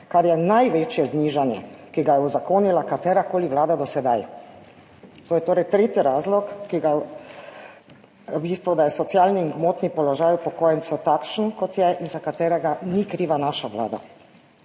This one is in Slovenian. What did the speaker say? kar je največje znižanje, ki ga je uzakonila katerakoli vlada do sedaj. To je torej tretji razlog, ki ga v bistvu, da je socialni gmotni položaj upokojencev takšen kot je in za katerega ni kriva naša Vlada.